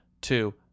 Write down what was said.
two